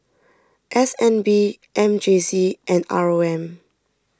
S N B M J C and R O M